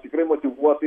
tikrai motyvuotai